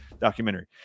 documentary